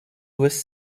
was